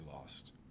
lost